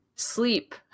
sleep